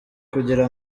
kugira